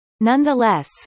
Nonetheless